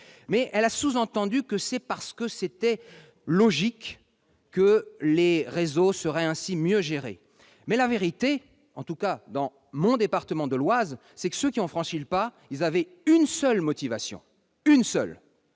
Mais elle a sous-entendu que c'est parce que la démarche était logique et que les réseaux seraient ainsi mieux gérés. Mais la vérité, en tout cas dans mon département de l'Oise, c'est que ceux qui ont franchi le pas n'avaient qu'une seule motivation : les